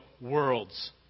world's